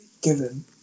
given